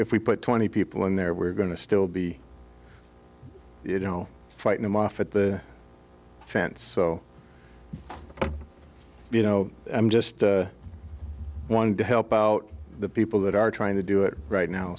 if we put twenty people in there we're going to still be you know fight them off at the fence so you know i'm just one to help out the people that are trying to do it right now